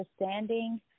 understanding